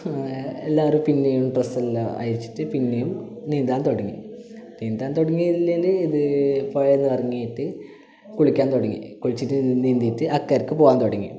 എല്ലാവരും പിന്നെയും ഡ്രെസ്സല്ല അഴിച്ചിട്ട് പിന്നെയും നീന്താൻ തുടങ്ങി നീന്താൻ തുടങ്ങിയലേൽ ഇത് പുഴേന്ന് ഇറങ്ങീട്ട് കുളിക്കാൻ തുടങ്ങി കുളിച്ചിട്ട് നി നീന്തീട്ട് അക്കരക്ക് പോകാൻ തുടങ്ങി